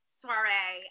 soiree